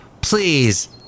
please